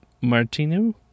Martino